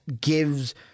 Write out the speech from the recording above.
gives